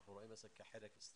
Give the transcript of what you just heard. אנחנו רואים את זה כחלק אסטרטגי,